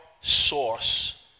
source